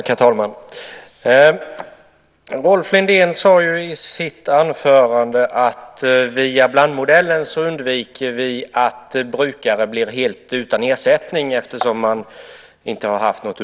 Herr talman! Rolf Lindén sade i sitt anförande att via blandmodellen undviker man att brukare blir helt utan ersättning.